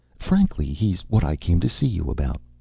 frankly, he's what i came to see you about.